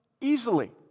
easily